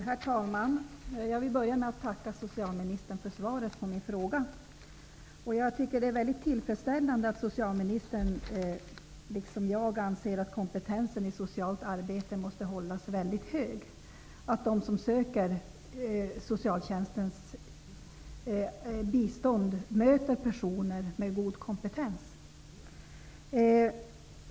Herr talman! Jag vill börja med att tacka socialministern för svaret på min fråga. Det är mycket tillfredsställande att socialministern liksom jag anser att kompetensen i socialt arbete måste hållas mycket hög och att de som söker socialtjänstens bistånd möter personer med god kompetens.